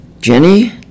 Jenny